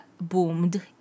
boomed